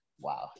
Wow